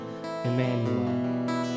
Emmanuel